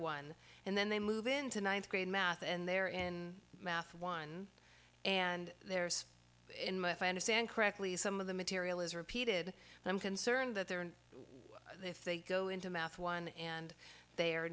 one and then they move into ninth grade math and they're in math one and there's in my if i understand correctly some of the material is repeated and i'm concerned that they're in the if they go into math one and they are